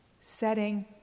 setting